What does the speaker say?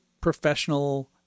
professional